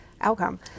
outcome